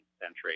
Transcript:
century